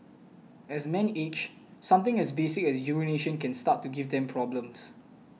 as men age something as basic as urination can start to give them problems